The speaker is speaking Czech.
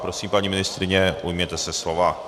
Prosím, paní ministryně, ujměte se slova.